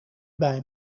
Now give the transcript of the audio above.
bij